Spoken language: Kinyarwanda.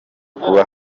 kuba